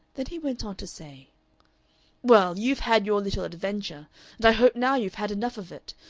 then he went on to say well, you've had your little adventure, and i hope now you've had enough of it.